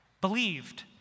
Believed